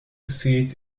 seat